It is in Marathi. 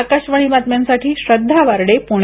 आकाशवाणी बातम्यांसाठी श्रद्धा वार्डे पूणे